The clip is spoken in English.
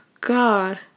God